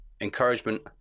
Encouragement